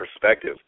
perspective